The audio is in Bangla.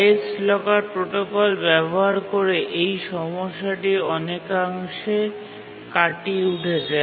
হাইয়েস্ট লকার প্রোটোকল ব্যবহার করে এই সমস্যাটি অনেকাংশে কাটিয়ে উঠেছে